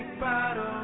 bottles